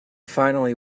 finally